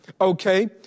okay